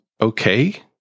okay